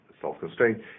self-constraint